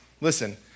listen